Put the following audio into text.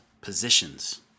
positions